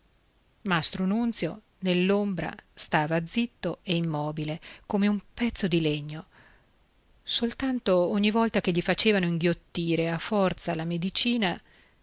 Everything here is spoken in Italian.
nunzio nell'ombra stava zitto e immobile come un pezzo di legno soltanto ogni volta che gli facevano inghiottire a forza la medicina